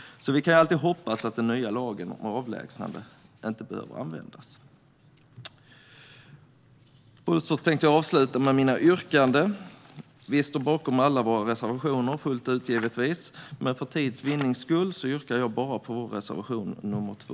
Vi kan alltid hoppas att den nya lagen om avlägsnande inte behöver användas. Jag avslutar med mina yrkanden. Vi står givetvis fullt ut bakom alla våra reservationer, men för tids vinnande yrkar jag bara bifall till reservation nr 2.